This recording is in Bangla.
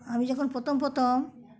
আমি যখন প্রথম প্রথম